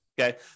okay